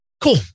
Cool